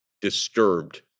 disturbed